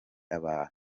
abantu